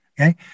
Okay